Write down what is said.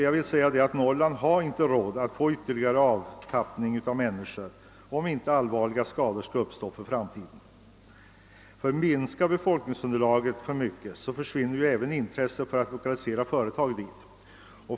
Norrland har inte råd att få vidkännas en ytterligare avtappning av människor, om inte allvarliga skador skall uppstå för framtiden. Minskar befolkningsunderlaget för mycket försvinner även intresset för att lokalisera företag dit.